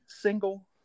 single